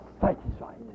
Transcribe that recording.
satisfied